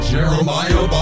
Jeremiah